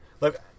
Look